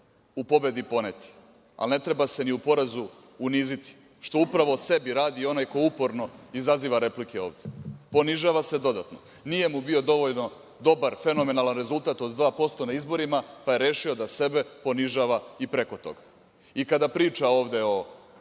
u pobedi poneti, ali ne treba se ni u porazu uniziti“, što upravo sebi radi onaj ko uporno izaziva replike ovde. Ponižava se dodatno. Nije mu bio dovoljno dobar, fenomenalan rezultat od 2% na izborima, pa je rešio da sebe ponižava i preko toga. Kada priča ovde o